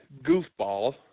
goofball